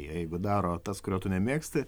jeigu daro tas kurio tu nemėgsti